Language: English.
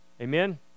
Amen